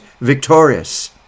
victorious